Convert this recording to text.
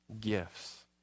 Gifts